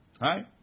Right